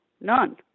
none